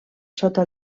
sota